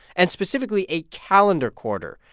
and specifically a calendar quarter,